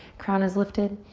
crown is lifted.